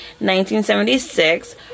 1976